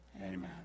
Amen